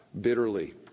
bitterly